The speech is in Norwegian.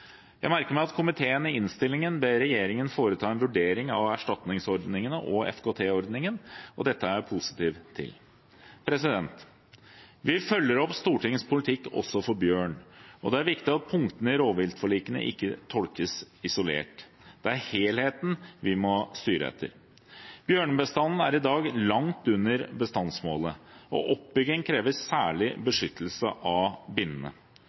Jeg merker meg at komiteen i innstillingen ber regjeringen foreta en vurdering av erstatningsordningene og FKT-ordningen, og det er jeg positiv til. Vi følger opp Stortingets politikk også for bjørn, og det er viktig at punktene i rovviltforlikene ikke tolkes isolert. Det er helheten vi må styre etter. Bjørnebestanden er i dag langt under bestandsmålet, og oppbygging krever særlig beskyttelse av